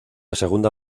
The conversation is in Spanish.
segunda